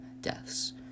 deaths